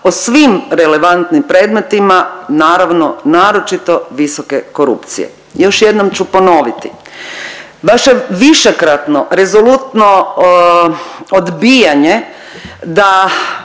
o svim relevantnim predmetima naravno naročito visoke korupcije. Još jednom ću ponoviti vaše višekratno rezolutno odbijanje da